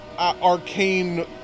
arcane